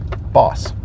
Boss